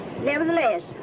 Nevertheless